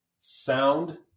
sound